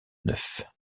neuf